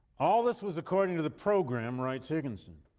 all this was according to the program, writes higginson.